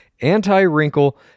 anti-wrinkle-